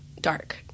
dark